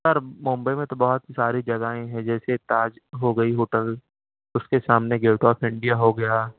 سر ممبئی میں تو بہت ساری جگہیں ہیں جیسے تاج ہو گئی ہوٹل اس کے سامنے گیٹوے آف انڈیا ہو گیا